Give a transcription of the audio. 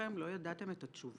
עצמכם לא ידעתם את התשובות.